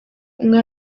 umwe